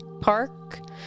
Park